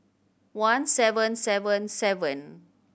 one seven seven seven